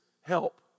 help